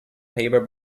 haber